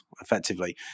effectively